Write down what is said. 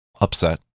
upset